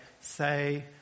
say